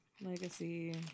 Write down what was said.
Legacy